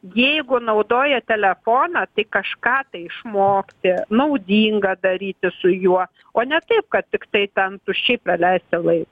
jeigu naudoja telefoną tai kažką tai išmoksti naudinga daryti su juo o ne taip kad tiktai ten tuščiai praleisti laiką